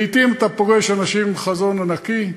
לעתים אתה פוגש אנשים עם חזון ענקי,